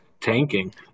tanking